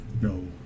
no